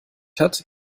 hat